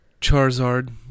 Charizard